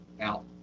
out